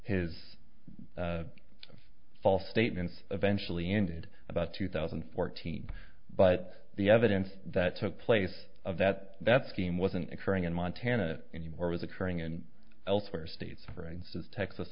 his of false statements eventually ended about two thousand and fourteen but the evidence that took place of that that scheme wasn't occurring in montana anymore was occurring and elsewhere states for instance texas